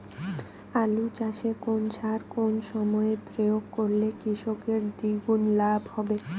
আলু চাষে কোন সার কোন সময়ে প্রয়োগ করলে কৃষকের দ্বিগুণ লাভ হবে?